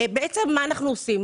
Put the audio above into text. אנחנו עושים?